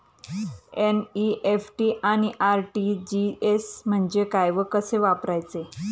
NEFT आणि RTGS म्हणजे काय व कसे वापरायचे?